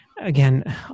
Again